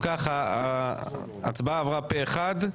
אם ככה, ההצבעה עברה פה אחד.